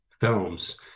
films